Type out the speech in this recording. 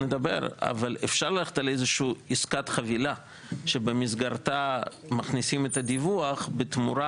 אפשר ללכת על איזו שהיא עסקת חבילה שבמסגרתה מכניסים את הדיווח בתמורה